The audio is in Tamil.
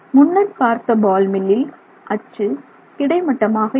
முன்னர் பார்த்த பால் மில்லில் அச்சு கிடைமட்டமாக இருக்கும்